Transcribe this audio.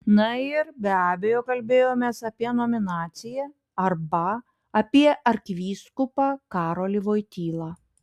na ir be abejo kalbėjomės apie nominaciją arba apie arkivyskupą karolį voitylą